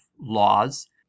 laws